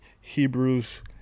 Hebrews